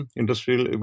industrial